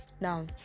now